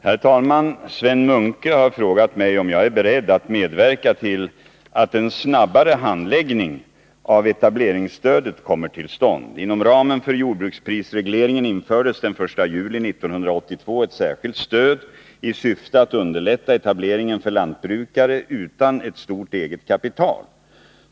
Herr talman! Sven Munke har frågat mig om jag är beredd att medverka till att en snabbare handläggning av etableringsstödet kommer till stånd. Inom ramen för jordbruksprisregleringen infördes den 1 juli 1982 ett särskilt stöd i syfte att underlätta etableringen för lantbrukare utan ett stort eget kapital.